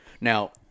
Now